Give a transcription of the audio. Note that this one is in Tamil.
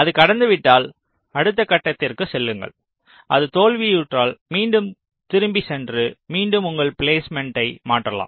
அது கடந்துவிட்டால் அடுத்த கட்டத்திற்குச் செல்லுங்கள் அது தோல்வியுற்றால் மீண்டும் திரும்பிச் சென்று மீண்டும் உங்கள் பிலேஸ்மேன்ட்டை மாற்றலாம்